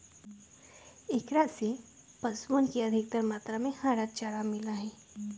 एकरा से पशुअन के अधिकतर मात्रा में हरा चारा मिला हई